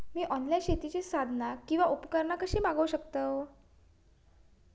मी online शेतीची साधना आणि उपकरणा कशी मागव शकतय?